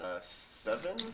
seven